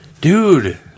Dude